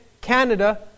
Canada